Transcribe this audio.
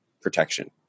protection